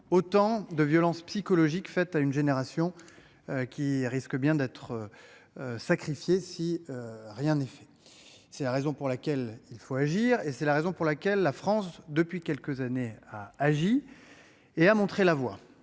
Autant de violence psychologique faite à une génération. Qui risque bien d'être. Sacrifiée si rien n'est fait. C'est la raison pour laquelle il faut agir et c'est la raison pour laquelle la France depuis quelques années, a agi. Et a montré la voie.